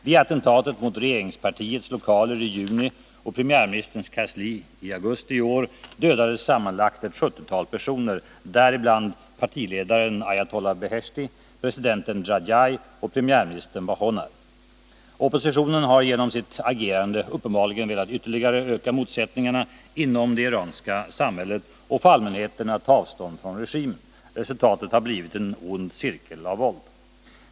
Vid attentat mot regeringspartiets lokaler i juni och premiärministerns kansli i augusti i år dödades sammanlagt ett sjuttiotal personer, däribland partiledaren ayatollah Beheshti, presidenten Rajai och premiärministern Bahonar. Oppositionen har genom sitt agerande uppenbarligen velat ytterligare öka motsättningarna inom det iranska samhället och få allmänheten att ta avstånd från regimen. Resultatet har blivit en ond cirkel av våld.